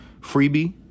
freebie